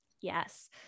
Yes